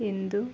ಎಂದು